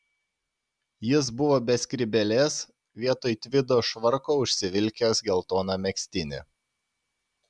jis buvo be skrybėlės vietoj tvido švarko užsivilkęs geltoną megztinį